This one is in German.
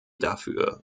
dafür